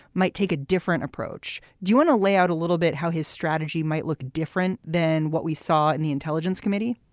might take a different approach. do you want to lay out a little bit how his strategy might look different than what we saw in the intelligence committee?